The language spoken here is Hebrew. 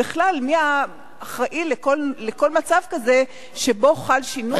בכלל מי אחראי לכל מצב כזה שבו חל שינוי,